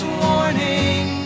warning